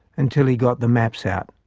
until he got the maps out.